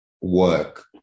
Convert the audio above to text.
work